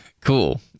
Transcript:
cool